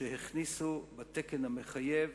שהכניסו בתקן המחייב